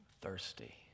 thirsty